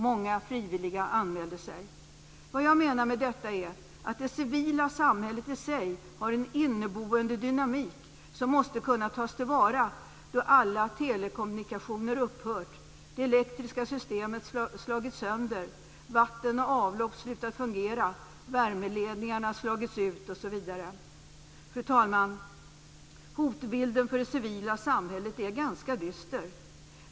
Många frivilliga anmälde sig. Vad jag menar med detta är att det civila samhället i sig har en inneboende dynamik som måste kunna tas till vara då alla telekommunikationer har upphört, det elektriska systemet slagits sönder, vatten och avlopp slutat att fungera, värmeledningarna slagits ut osv. Fru talman! Hotbilden för det civila samhället är ganska dyster.